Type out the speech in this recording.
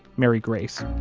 mary grace.